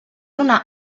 una